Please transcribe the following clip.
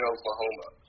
Oklahoma